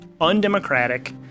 undemocratic